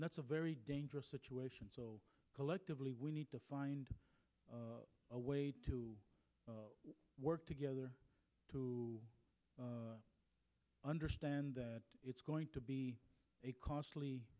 and that's a very dangerous situation so collectively we need to find a way to work together to understand that it's going to be a costly